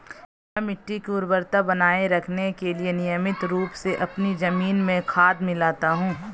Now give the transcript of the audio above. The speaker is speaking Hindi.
मैं मिट्टी की उर्वरता बनाए रखने के लिए नियमित रूप से अपनी जमीन में खाद मिलाता हूं